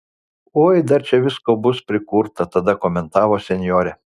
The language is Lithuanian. oi dar čia visko bus prikurta tada komentavo senjorė